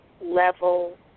level